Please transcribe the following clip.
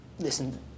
Listen